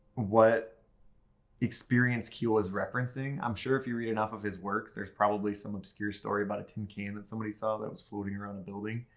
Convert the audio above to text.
what experience keel was referencing i'm sure if you read enough of his works, there's probably some obscure story about a tin can that somebody saw that was floating around a building.